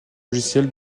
logiciel